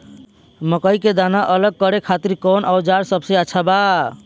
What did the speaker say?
मकई के दाना अलग करे खातिर कौन औज़ार सबसे अच्छा बा?